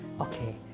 Okay